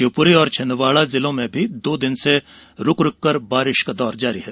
शिवपुरी और छिंदवाड़ा जिलो में दो दिन से रुक रुककर बारिश का दौर जारी है